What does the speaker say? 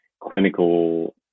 clinical